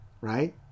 right